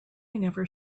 never